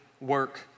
work